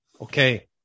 okay